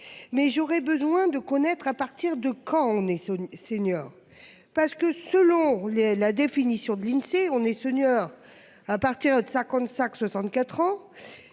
Mais j'aurai besoin de connaître à partir de quand on est senior parce que selon les la définition de l'Insee on est senior à partir de ça